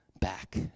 back